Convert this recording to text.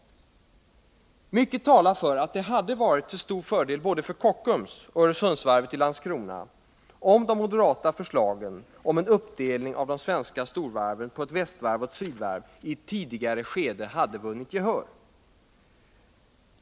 Mycket talar för att det hade varit till stor fördel både för Kockums och Öresundsvarvet i Landskrona om de moderata förslagen om en uppdelning av de svenska storvarven på ett västvarv och ett sydvarv i ett tidigare skede hade vunnit gehör.